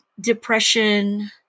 depression